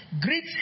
Greet